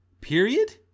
period